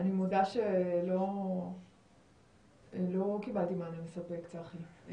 אני מודה שלא קיבלתי מענה מספק, צחי.